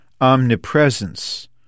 omnipresence